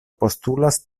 postulas